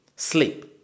Sleep